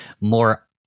More